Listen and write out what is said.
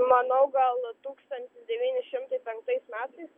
manau gal tūkstantis devyni šimtai penktais metais